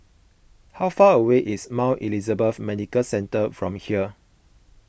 how far away is Mount Elizabeth Medical Centre from here